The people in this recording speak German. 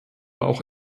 auch